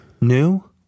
New